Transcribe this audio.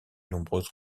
nombreuses